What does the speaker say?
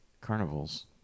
Carnival's